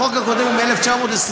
החוק הקודם הוא מ-1924